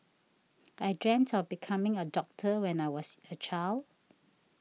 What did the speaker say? I dreamt of becoming a doctor when I was a child